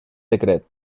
decret